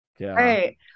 Right